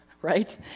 Right